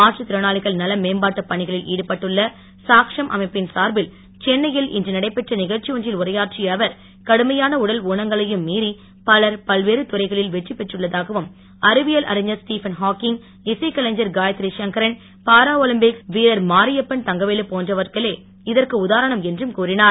மாற்றுத் திறனாளிகள் நல மேம்பாட்டு பணிகளில் ஈடுபட்டுள்ள சாக்ஷம் அமைப்பின் சார்பில் சென்னையில் இன்று நடைபெற்ற நிகழ்ச்சி ஒன்றில் உரையாற்றிய அவர் கடுமையான உடல் ஊனங்களையும் மீறி பலர் பல்வேறு துறைகளில் வெற்றி பெற்றுள்ள தாகவும் அறிவியல் அறிஞர் ஸ்டீபன் ஹாக்கிங் இசைக் கலைஞர் காயத்ரி சங்கரன் பாராலிம்பிக்ஸ் வீரர் மாரியப்பன் தங்கவேலு போன்றவர்களே இதற்கு உதாரணம் என்றும் கூறினார்